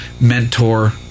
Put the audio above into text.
mentor